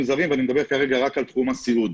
זרים אני מדבר כרגע רק על תחום הסיעוד.